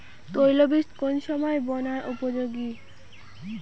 তৈল বীজ কোন সময় বোনার উপযোগী?